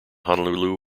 honolulu